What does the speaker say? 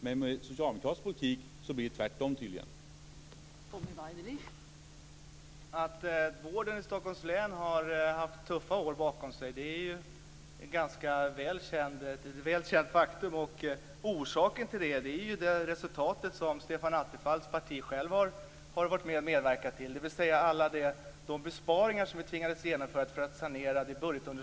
Men med en socialdemokratisk politik blir det tydligen tvärtom.